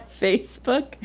Facebook